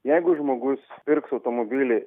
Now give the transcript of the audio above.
jeigu žmogus pirks automobilį